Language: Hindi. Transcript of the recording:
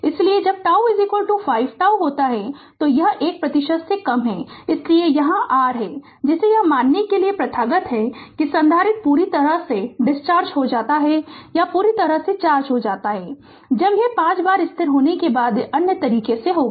इसलिए कि जब t 5 τ सही है तो यह 1 प्रतिशत से कम है इसलिए यह यहां r है जिसे यह मानने के लिए प्रथागत है कि संधारित्र पूरी तरह से पूरी तरह से डिस्चार्ज हो जाती है या पूरी तरह से चार्ज हो जाती है जब यह 5 बार स्थिर होने के बाद अन्य तरीके से होगा